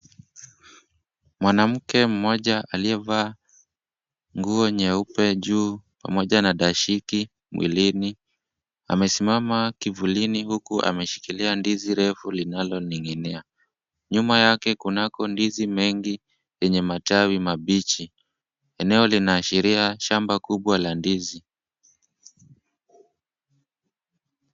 Mwanamke mmoja aliyevaa nguo nyeupe juu pamoja na dashiki miwilini amesimama kivulini huku ameshikilia ndizi refu linaloning'inia. Nyuma yake kunako ndizi mengi lenye matawi mabichi. Eneo linaashiria shamba kubwa la ndizi.